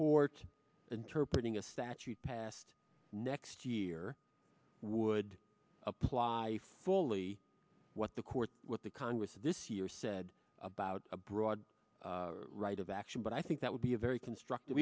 to interpret ing a statute passed next year would apply fully what the court what the congress this year said about a broad right of action but i think that would be a very constructive